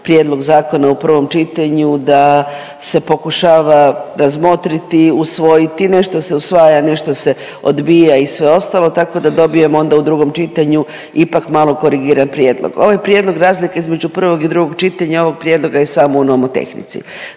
prijedlog zakona u prvom čitanju da se pokušava razmotriti, usvojiti i nešto se usvaja, nešto se odbija i sve ostalo tako da dobijemo onda u drugom čitanju ipak malo korigiran prijedlog. Ovaj prijedlog razlika između prvog i drugog čitanja ovog prijedloga je samo u nomotehnici.